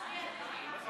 סעיפים 1 3